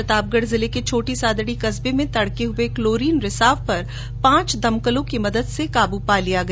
प्रतापगढ जिले के छोटी सादड़ी कस्बे में तड़के हुए क्लोरीन रिसाव पर पांच दमकलों की मदद से काबू पा लिया गया